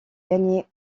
gagné